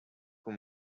com